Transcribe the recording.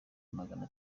magana